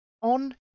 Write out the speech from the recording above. on